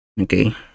Okay